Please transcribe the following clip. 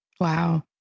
Wow